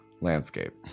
landscape